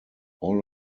all